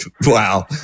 Wow